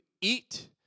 eat